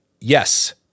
yes